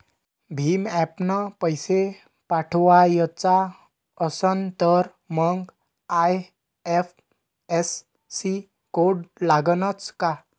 भीम ॲपनं पैसे पाठवायचा असन तर मंग आय.एफ.एस.सी कोड लागनच काय?